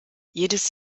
jedes